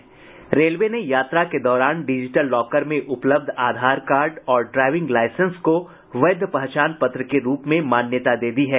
railway ने यात्रा के दौरान डिजिटल लॉकर में उपलब्ध आधार कार्ड और ड्राईविंग लाईसेंस को वैध पहचान पत्र के रूप में मान्यता दे दी है